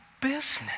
business